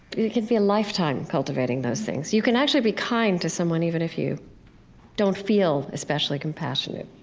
you can be a lifetime cultivating those things. you can actually be kind to someone even if you don't feel especially compassionate.